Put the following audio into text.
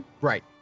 Right